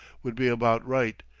would be about right,